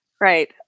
Right